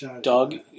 Doug